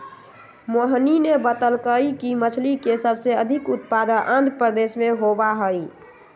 मोहिनी ने बतल कई कि मछ्ली के सबसे अधिक उत्पादन आंध्रप्रदेश में होबा हई